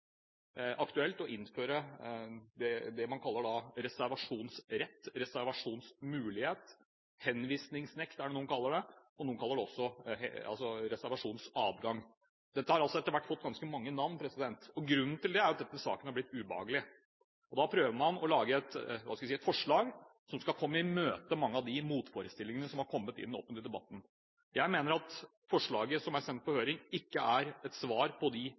aktuelt å innføre det man kaller reservasjonsrett – reservasjonsmulighet og henvisningsnekt er det noen som kaller det, og noen kaller det også reservasjonsadgang. Dette har etter hvert fått ganske mange navn. Grunnen til det er at saken er blitt ubehagelig. Da prøver man å lage et forslag som skal komme i møte mange av de motforestillingene som har kommet i den offentlige debatten. Jeg mener at forslaget som er sendt på høring, ikke er et svar på de